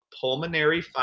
pulmonary